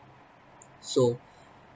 so